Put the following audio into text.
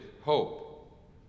hope